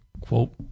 quote –